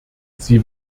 sie